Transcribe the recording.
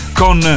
con